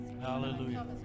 Hallelujah